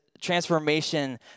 transformation